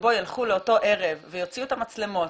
שבו ילכו לאותו ערב, יוציאו את המצלמות